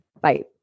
Bye